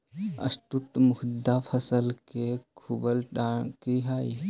straw मुख्यतः फसल के सूखल डांठ ही हई